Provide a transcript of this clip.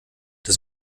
das